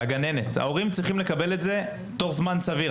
ההורים צריכים לקבל את זה תוך זמן סביר.